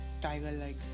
tiger-like